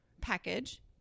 package